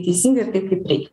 teisingai ir taip kaip reikia